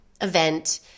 event